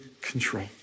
control